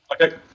Okay